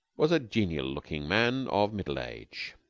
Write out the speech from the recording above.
was a genial-looking man of middle age,